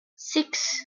six